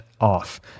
off